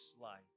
life